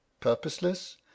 Purposeless